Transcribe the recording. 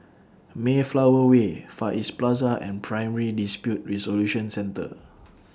Mayflower Way Far East Plaza and Primary Dispute Resolution Centre